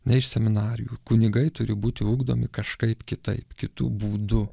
ne iš seminarijų kunigai turi būti ugdomi kažkaip kitaip kitu būdu